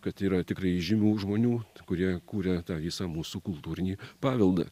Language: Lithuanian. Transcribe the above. kad yra tikrai įžymių žmonių kurie kuria tą visą mūsų kultūrinį paveldą